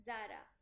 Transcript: Zara